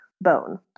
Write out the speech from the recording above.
bone